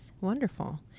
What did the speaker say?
Wonderful